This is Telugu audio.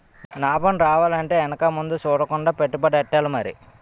నాబం రావాలంటే ఎనక ముందు సూడకుండా పెట్టుబడెట్టాలి మరి